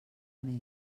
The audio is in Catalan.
més